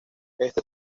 este